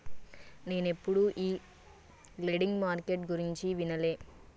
నేనెప్పుడు ఈ lending market గురించి వినలే